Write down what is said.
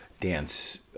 dance